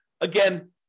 Again